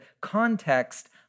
context